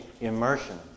immersion